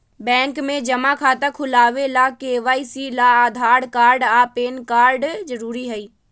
bank में जमा खाता खुलावे ला के.वाइ.सी ला आधार कार्ड आ पैन कार्ड जरूरी हई